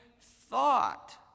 thought